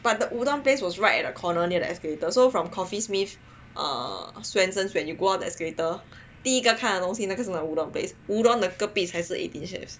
but the udon place was right at the corner near the escalator so from Coffee Smith err Swensen's when you go up the escalator 第一个看的东西是 udon place 的隔壁才是 eighteen chefs